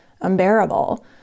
unbearable